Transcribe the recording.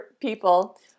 people